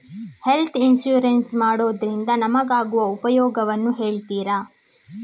Health insurance ಮಾಡೋದ್ರಿಂದ ನಮಗಾಗುವ ಉಪಯೋಗವನ್ನು ಹೇಳ್ತೀರಾ?